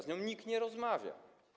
Z nią nikt nie rozmawia.